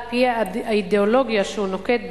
על-פי האידיאולוגיה שהוא נוקט,